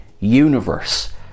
universe